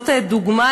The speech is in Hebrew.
זאת דוגמה,